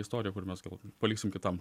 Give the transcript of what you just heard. istorija kur mes gal paliksim kitam